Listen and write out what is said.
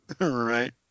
right